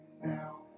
now